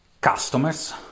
customers